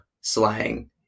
slang